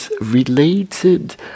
related